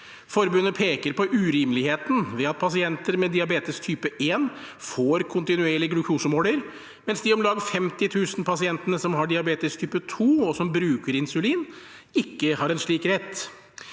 Forbundet peker på urimeligheten ved at pasienter med diabetes type 1 får kontinuerlig glukosemåler, mens de om lag 50 000 pasientene som har diabetes type 2, og som bruker insulin, ikke har en slik rett.